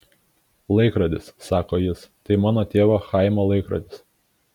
laikrodis sako jis tai mano tėvo chaimo laikrodis